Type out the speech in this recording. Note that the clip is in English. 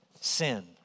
sin